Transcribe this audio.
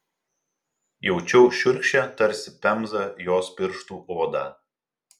jaučiau šiurkščią tarsi pemza jos pirštų odą